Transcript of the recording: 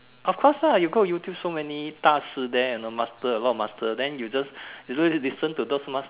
of course lah you go YouTube so many Da Ci there and the master a lot of master then you just listen to those master